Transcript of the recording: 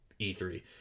E3